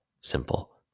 simple